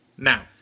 Now